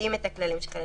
יודעים את הכללים שחלים.